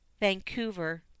Vancouver